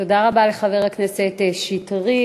תודה רבה לחבר הכנסת שטרית.